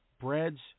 breads